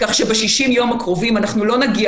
כך שב-60 יום הקרובים אנחנו לא נגיע